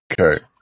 Okay